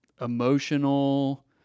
emotional